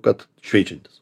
kad šveičiantis